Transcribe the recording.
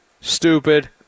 stupid